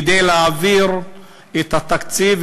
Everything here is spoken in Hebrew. כדי להעביר את התקציב,